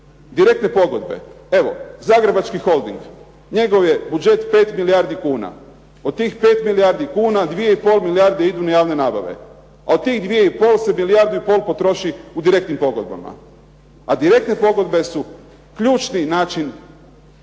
Direktne pogodbe, evo Zagrebački Holding, njegov je budžet 5 milijardi kuna, od tih 5 milijardi kuna 2,5 milijarde idu na javne nabave, a od tih 2,5 se milijardu i pol potroši u direktnim pogodbama, a direktne pogodbe su ključni način